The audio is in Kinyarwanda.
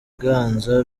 biganza